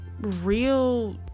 real